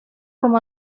com